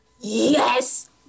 Yes